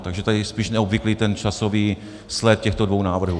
Takže tady je spíš neobvyklý ten časový sled těchto dvou návrhů.